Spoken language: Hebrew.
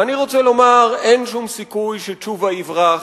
אני רוצה לומר שאין שום סיכוי שתשובה יברח.